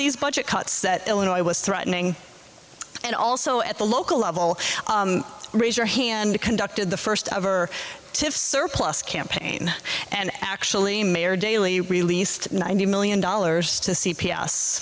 these budget cuts that illinois was threatening and also at the local level raise your hand conducted the first ever to surplus campaign and actually mayor daley released ninety million dollars to c